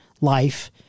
life